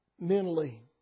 mentally